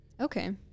Okay